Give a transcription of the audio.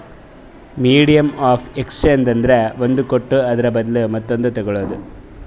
medium of exchange ಅಂದ್ರ ಒಂದ್ ಕೊಟ್ಟು ಅದುರ ಬದ್ಲು ಮತ್ತೊಂದು ತಗೋಳದ್